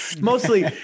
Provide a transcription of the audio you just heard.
mostly